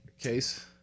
case